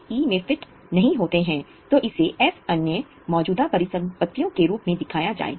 2 अन्य मौजूदा परिसंपत्तियों के रूप में दिखाया जाएगा